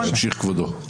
הסתייגות 179, ימשיך כבודו.